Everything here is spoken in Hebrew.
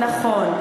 נכון.